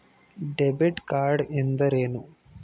Debit card ಎಂದರೇನು?